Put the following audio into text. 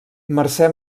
mercè